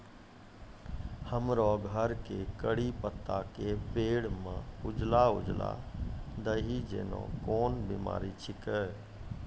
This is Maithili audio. हमरो घर के कढ़ी पत्ता के पेड़ म उजला उजला दही जेना कोन बिमारी छेकै?